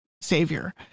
savior